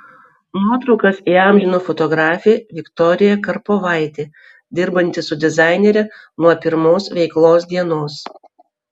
nuotraukas įamžino fotografė viktorija karpovaitė dirbanti su dizainere nuo pirmos veiklos dienos